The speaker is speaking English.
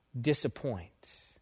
disappoint